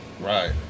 Right